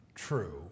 True